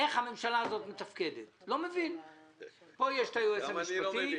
איך הממשלה הזאת מתפקדת - פה יש את היועץ המשפטי -- גם אני לא מבין.